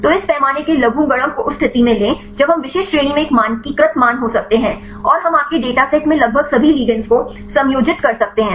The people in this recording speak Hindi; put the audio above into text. तो इस पैमाने के लघुगणक को उस स्थिति में लें जब हम विशिष्ट श्रेणी में एक मानकीकृत मान हो सकते हैं और हम आपके डेटासेट में लगभग सभी लिगेंड्स को समायोजित कर सकते हैं